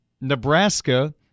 Nebraska